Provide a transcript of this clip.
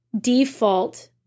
default